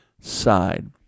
side